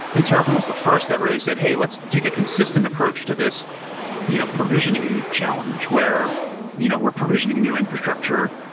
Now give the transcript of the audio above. think terraform was the first that really said, hey, let's take a consistent approach to this you know provisioning challenge where you know we're provisioning new infrastructure,